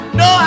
no